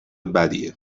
بدیه